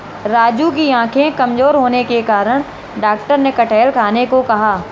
राजू की आंखें कमजोर होने के कारण डॉक्टर ने कटहल खाने को कहा